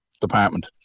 department